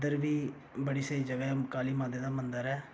उद्धर बी बड़ी स्हेई जगह ऐ काली माता दा मंदिर ऐ